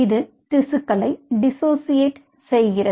இது திசுக்களை டிஸோசியேட் செய்கிறது